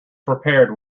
prepared